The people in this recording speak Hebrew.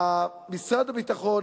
משרד הביטחון,